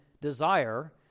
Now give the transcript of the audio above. desire